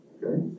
Okay